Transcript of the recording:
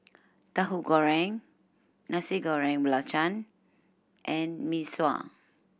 Tahu Goreng Nasi Goreng Belacan and Mee Sua